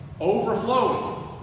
Overflowing